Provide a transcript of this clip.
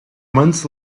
months